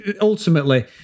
ultimately